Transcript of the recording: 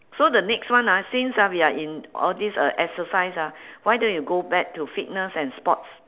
so the next one ah since ah we are in all these uh exercise ah why don't you go back to fitness and sports